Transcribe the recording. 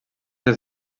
des